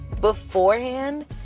beforehand